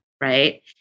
right